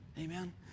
Amen